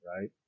right